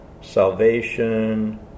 salvation